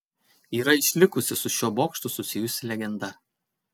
yra išlikusi su šiuo bokštu susijusi legenda